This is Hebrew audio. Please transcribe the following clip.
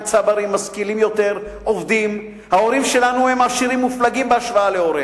גם בערכים אבסולוטיים וגם בערכים יחסיים.